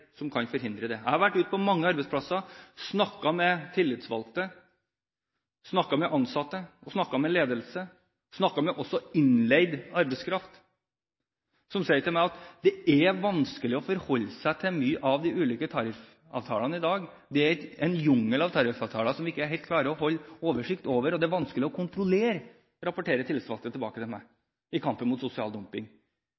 som kan forhindre sosial dumping. Jeg har vært ute på mange arbeidsplasser, snakket med tillitsvalgte, snakket med ansatte og snakket med ledelse, snakket med også innleid arbeidskraft, som sier til meg at det er vanskelig å forholde seg til de mange ulike tariffavtalene i dag. Det er en jungel av tariffavtaler som vi ikke helt klarer å holde oversikt over, og det er vanskelig å kontrollere, rapporterer tillitsvalgte tilbake til